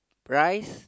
rice